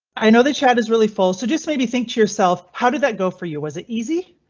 i know the chat is really full, so just maybe think to yourself how did that go for you? was it easy?